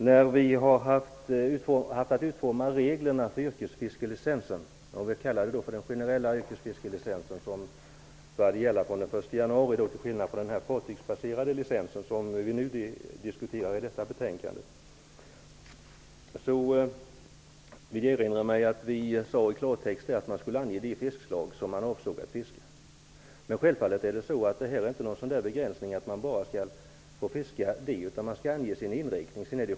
Herr talman! Jag erinrar mig att vi, när vi utformade reglerna för den generella yrkesfiskelicens som började gälla den 1 januari, i klartext sade att den sökande skulle ange vilka fiskslag han avsåg att fiska. Dessa regler skiljer sig från reglerna för den fartygsbaserade licens som vi diskuterar i detta betänkande. Det innebär självfallet inte att man bara skall få fiska det man angivit. Man skall ange sin inriktning.